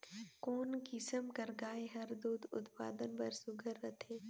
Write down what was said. कोन किसम कर गाय हर दूध उत्पादन बर सुघ्घर रथे?